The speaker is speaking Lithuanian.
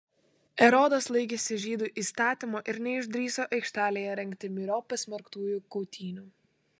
erodas laikėsi žydų įstatymo ir neišdrįso aikštėje rengti myriop pasmerktųjų kautynių